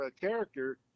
character